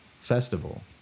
festival